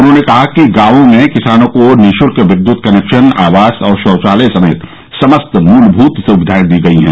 उन्होंने कहा कि गांव में किसानों को निःशुल्क विद्युत कनेक्शन आवास और शौचालय समेत समस्त मूलशृत सुविधाएं दी गई है